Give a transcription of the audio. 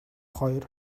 хоёр